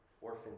orphan